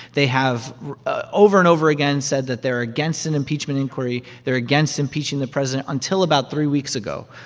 they have ah over and over again said that they're against an impeachment inquiry. they're against impeaching the president until about three weeks ago,